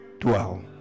Dwell